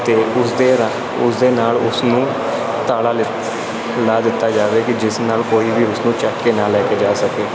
ਅਤੇ ਉਸਦੇ ਰਾ ਉਸਦੇ ਨਾਲ ਉਸਨੂੰ ਤਾਲਾ ਲਿ ਲਾ ਦਿੱਤਾ ਜਾਵੇ ਕਿ ਜਿਸ ਨਾਲ ਕੋਈ ਵੀ ਉਸਨੂੰ ਚੁੱਕ ਕੇ ਨਾ ਲੈ ਕੇ ਜਾ ਸਕੇ